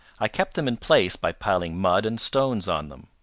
i kept them in place by piling mud and stones on them.